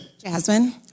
Jasmine